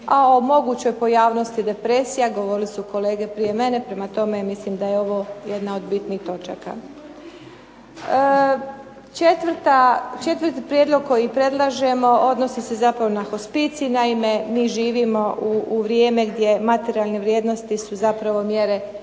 A o mogućoj pojavnosti depresija govorili su kolege prije mene. Prema tome, ja mislim da je ovo jedna od bitnih točaka. Četvrti prijedlog koji predlažemo odnosi se zapravo na hospicij. Naime, mi živimo u vrijeme gdje materijalne vrijednosti su zapravo mjere životnog